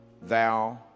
thou